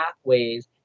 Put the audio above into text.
pathways